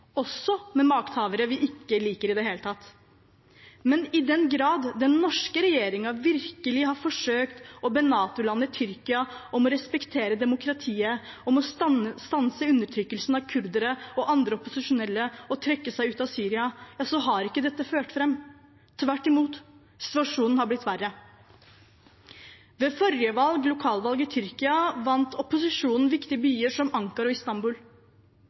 også med makthavere vi ikke liker i det hele tatt, men i den grad den norske regjeringen virkelig har forsøkt å be NATO-landet Tyrkia om å respektere demokratiet, stanse undertrykkelsen av kurdere og andre opposisjonelle og trekke seg ut av Syria, så har ikke dette ført fram – tvert imot: Situasjonen har blitt verre. Ved forrige lokalvalg i Tyrkia vant opposisjonen viktige byer som Ankara og